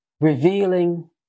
revealing